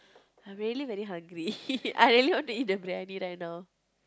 I really very hungry I really want to eat the briyani right now